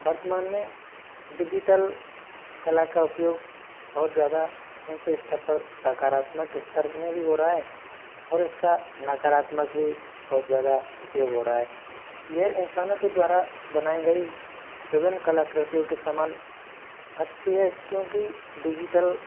वर्तमान में डिजिटल कला का उपयोग बहुत ज़्यादा ऊचें स्तर पर सकारात्मक स्तर में भी हो राहा है और इसका नकारात्मक भी बहुत ज़्यादा उपयोग हो राहा है ये इंसानों के द्वारा बनाई गई विभिन्न कलाकृतियों के समान अच्छी है क्योंकि डिजिटल